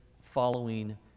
following